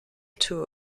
two